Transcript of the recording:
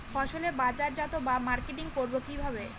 ফসলের বাজারজাত বা মার্কেটিং করব কিভাবে?